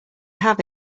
have